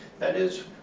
that is,